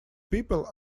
people